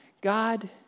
God